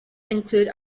include